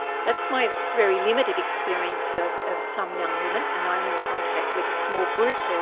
that's my very limited experience of of some young women and i am in contact with a small group.